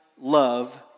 love